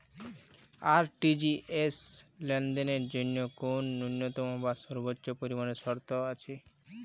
RTGS লেনদেনের জন্য কোন ন্যূনতম বা সর্বোচ্চ পরিমাণ শর্ত আছে?